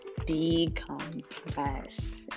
decompress